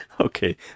Okay